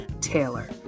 Taylor